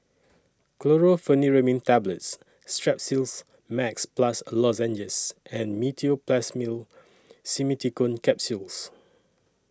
Chlorpheniramine Tablets Strepsils Max Plus Lozenges and Meteospasmyl Simeticone Capsules